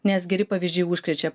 nes geri pavyzdžiai užkrečia